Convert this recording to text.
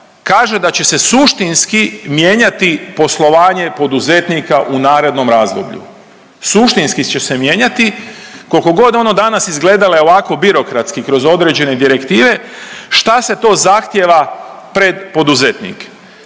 kaže da će se suštinski mijenjati poslovanje poduzetnika u narednom razdoblju, suštinski će se mijenjati kolkogod ono danas izgledale ovako birokratski kroz određene direktive šta se to zahtjeva pred poduzetnike.